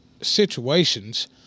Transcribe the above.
situations